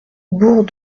bourg